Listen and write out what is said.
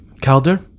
Calder